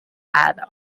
haddock